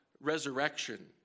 resurrection